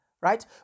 right